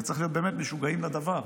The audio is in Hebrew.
צריכים להיות באמת משוגעים לדבר,